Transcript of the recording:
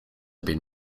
been